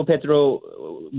Petro